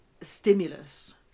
stimulus